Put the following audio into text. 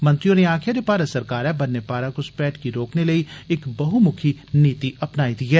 मंत्री होरें आक्खेआ जे भारत सरकारै बन्नै पारा घुसपैठ गी रोकने लेई इक बहुमुखी नीति अपनाई दी ऐ